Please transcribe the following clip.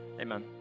Amen